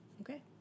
Okay